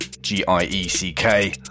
G-I-E-C-K